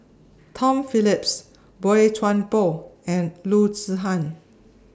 Tom Phillips Boey Chuan Poh and Loo Zihan